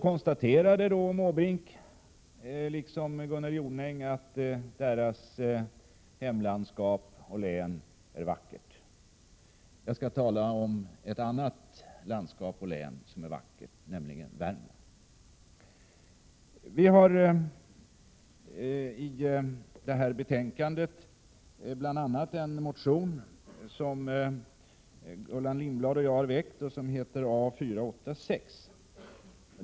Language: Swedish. Bertil Måbrink och Gunnel Jonäng konstaterade att deras hemlandskap och län är vackert. Jag skall tala om ett annat landskap och län som är vackert, nämligen Värmland. I det här betänkandet behandlas bl.a. en motion som Gullan Lindblad och jag har väckt och som heter A486.